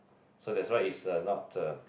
so that's why is a not the